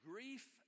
Grief